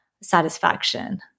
satisfaction